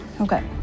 Okay